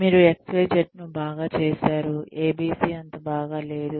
మీరు XYZ ను బాగా చేసారు ABC అంత బాగా లేదు